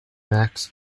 max